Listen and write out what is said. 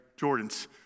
Jordans